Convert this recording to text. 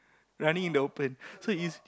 running in the open so is